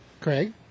Craig